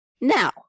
Now